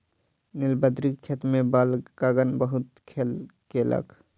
नीलबदरी के खेत में बालकगण बहुत खेल केलक